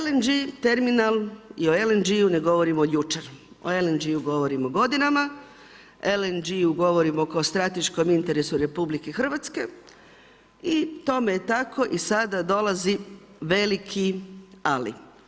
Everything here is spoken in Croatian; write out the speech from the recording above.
LNG terminal i o LNG-u ne govorimo od jučer, o LNG-u govorimo godinama, o LNG-u govorimo kao strateškom interesu RH i tome je tako i sada dolazi veliki ali.